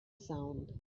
sound